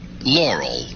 Laurel